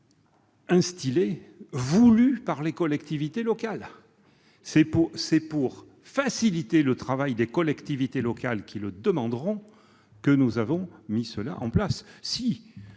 d'aménagement voulus par les collectivités locales. C'est pour faciliter le travail des collectivités locales qui le demanderont que nous avons mis en place